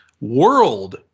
World